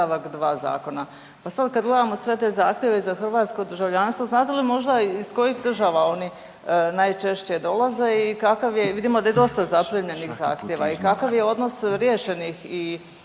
Pa sad kad gledamo sve te zahtjeve za hrvatsko državljanstvo znate li možda iz kojih država oni najčešće dolaze i vidimo da je dosta zaprimljenih zahtjeva i kakav je odnos riješenih